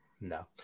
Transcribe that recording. No